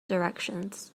directions